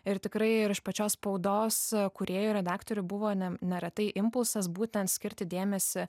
ir tikrai ir iš pačios spaudos kūrėjų redaktorių buvo ne neretai impulsas būten skirti dėmesį